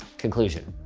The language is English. conclusion.